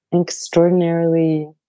extraordinarily